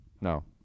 No